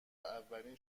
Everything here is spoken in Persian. اولین